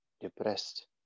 depressed